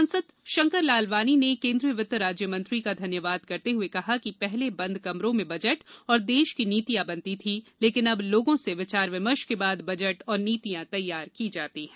सांसद शंकर लालवानी ने केन्द्रीय वित्त राज्यमंत्री का धन्यवाद करते हुए कहा कि पहले बंद कमरों में बजट और देश की नीतियां बनती थी लेकिन अब लोगों से विचार विमर्श के बाद बजट और नीतियां तैयार की जाती है